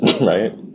Right